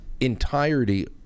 entirety